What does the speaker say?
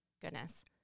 goodness